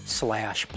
slash